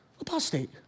apostate